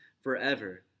forever